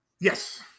yes